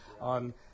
on